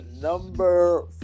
Number